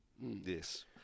Yes